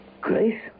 Grace